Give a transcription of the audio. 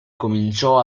cominciò